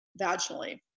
vaginally